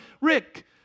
Rick